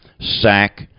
sack